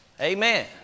Amen